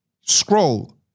Scroll